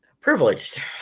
privileged